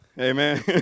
Amen